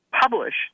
publish